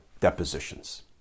depositions